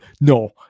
no